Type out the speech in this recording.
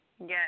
Yes